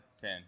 Ten